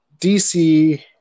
DC